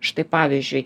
štai pavyzdžiui